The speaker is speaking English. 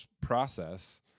process